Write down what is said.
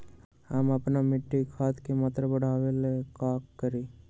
हम अपना मिट्टी में खाद के मात्रा बढ़ा वे ला का करी?